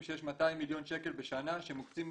שיש 200 מיליון שקל בשנה שמוקצים